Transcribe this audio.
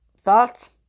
thoughts